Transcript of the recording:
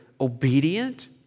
obedient